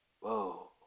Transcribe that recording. Whoa